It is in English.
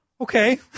Okay